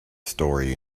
story